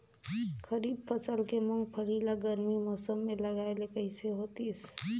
खरीफ फसल के मुंगफली ला गरमी मौसम मे लगाय ले कइसे होतिस?